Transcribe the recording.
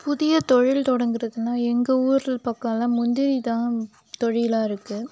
புதிய தொழில் தொடங்குறதுன்னா எங்கள் ஊர் பக்கல்லாம் முந்திரிதான் தொழிலாக இருக்கு